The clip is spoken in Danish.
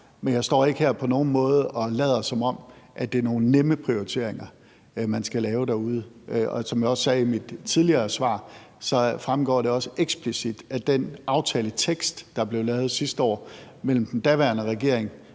men jeg står ikke på nogen måde her og lader, som om det er nogle nemme prioriteringer, man skal lave derude. Som jeg sagde i mit tidligere svar, fremgår det også eksplicit af den aftaletekst, der blev lavet sidste år, mellem den daværende regering